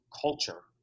culture